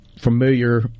familiar